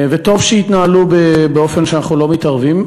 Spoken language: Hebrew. וטוב שיתנהלו באופן שאנחנו לא מתערבים,